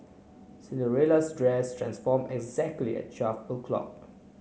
Cinderella's dress transformed exactly at twelve o'clock